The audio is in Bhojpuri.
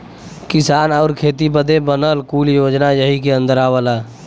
किसान आउर खेती बदे बनल कुल योजना यही के अन्दर आवला